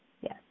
Yes